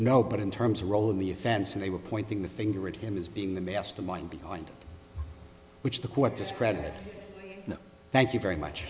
know but in terms of role in the offense and they were pointing the finger at him as being the mastermind behind which the court discredit thank you very much